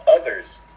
others